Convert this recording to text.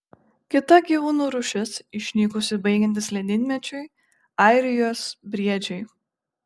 kita gyvūnų rūšis išnykusi baigiantis ledynmečiui airijos briedžiai